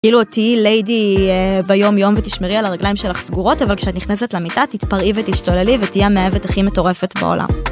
כאילו תהי ליידי ביום יום ותשמרי על הרגליים שלך סגורות, אבל כשאת נכנסת למיטה תתפרעי ותשתוללי ותהיה המאהבת הכי מטורפת בעולם.